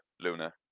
Luna